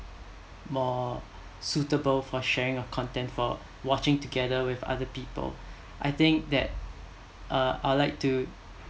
more suitable for sharing a content while watching together with other people I think that uh I'd like to